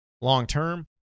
long-term